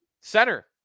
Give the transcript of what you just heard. center